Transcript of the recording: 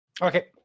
Okay